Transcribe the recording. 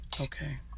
Okay